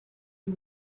you